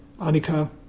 Anika